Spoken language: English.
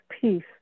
peace